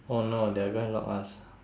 oh no they're going to lock us